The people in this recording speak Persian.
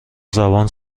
زبان